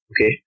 Okay